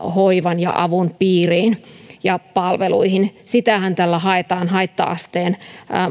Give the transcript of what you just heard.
hoivan ja avun piiriin ja palveluihin sitähän tällä haitta asteen